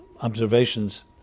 observations